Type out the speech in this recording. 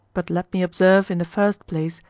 but let me observe, in the first place,